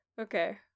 okay